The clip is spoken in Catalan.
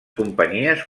companyies